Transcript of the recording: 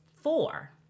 four